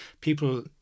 people